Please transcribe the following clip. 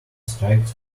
strikes